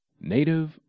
Native